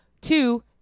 Two